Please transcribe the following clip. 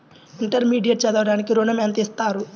Intermediate చదవడానికి ఋణం ఎంత ఇస్తారు?